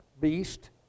beast